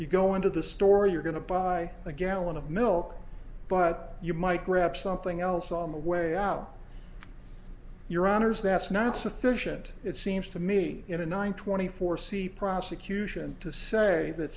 you go into the store you're going to buy a gallon of milk but you might grab something else on the way out your honour's that's not sufficient it seems to me in a nine twenty four c prosecution to say that